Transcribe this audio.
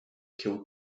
killed